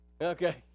Okay